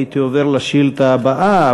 הייתי עובר לשאילתה הבאה,